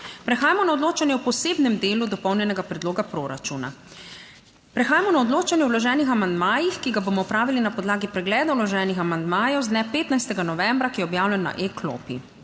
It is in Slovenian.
Prehajamo na odločanje o posebnem delu dopolnjenega predloga proračuna. Prehajamo na odločanje o vloženih amandmajih, ki ga bomo opravili na podlagi pregleda vloženih amandmajev z dne 15. novembra, ki je objavljen na eKlopi